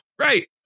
Right